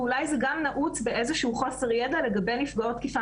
ואולי זה גם נעוץ באיזשהו חוסר ידע לגבי נפגעות תקיפה